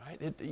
right